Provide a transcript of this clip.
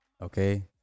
okay